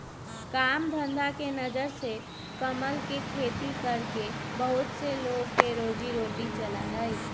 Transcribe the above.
काम धंधा के नजर से कमल के खेती करके बहुत से लोग के रोजी रोटी चला हई